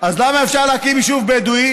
אז למה אפשר להקים יישוב בדואי